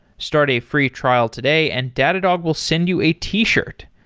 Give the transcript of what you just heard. start a free trial today and datadog will send you a t-shirt.